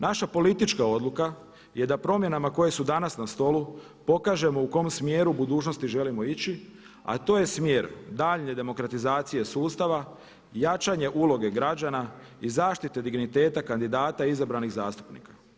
Naša politička odluka je da promjenama koje su danas na stolu pokažemo u kom smjeru budućnosti želimo ići, a to je smjer daljnje demokratizacije sustava, jačanje uloge građana i zaštite digniteta kandidata izabranih zastupnika.